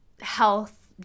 health